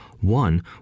one